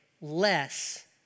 less